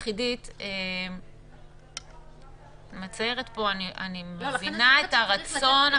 עידית, אני מבינה את הרצון.